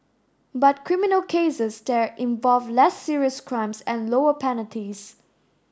but criminal cases there involve less serious crimes and lower penalties